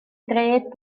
dref